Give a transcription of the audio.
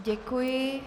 Děkuji.